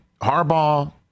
Harbaugh